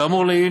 כאמור לעיל,